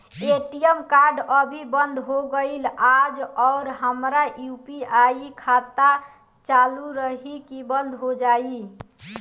ATM card अभी बंद हो गईल आज और हमार यू.पी.आई खाता चालू रही की बन्द हो जाई?